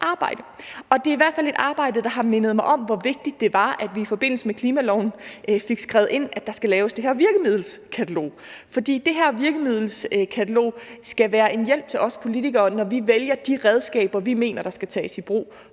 fald et arbejde, der har mindet mig om, hvor vigtigt det var, at vi i forbindelse med klimaloven fik skrevet ind, at der skal laves det her virkemiddelkatalog, for det her virkemiddelkatalog skal være en hjælp til os politikere, når vi vælger de redskaber, vi mener der skal tages i brug